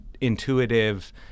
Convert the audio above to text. intuitive